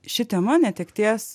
ši tema netekties